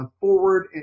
forward